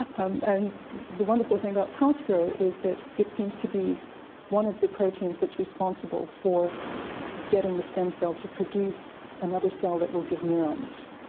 um and the wonderful thing about prospero is that it seems to be one of the proteins that's responsible for getting the stem cell to produce another cell that will give neurons.